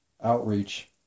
outreach